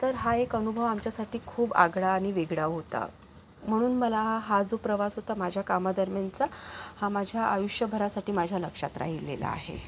तर हा एक अनुभव आमच्यासाठी खूप आगळा आणि वेगळा होता म्हणून मला हा जो प्रवास होता माझ्या कामादरम्यानचा हा माझ्या आयुष्यभरासाठी माझ्या लक्षात राहिलेला आहे